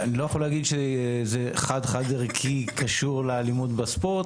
אני לא יכול להגיד שחד-חד ערכי זה קשור לאלימות בספורט,